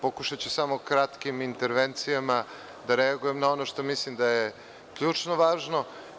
Pokušaću samo kratkim intervencijama da reagujem na ono što mislim da je ključno važno.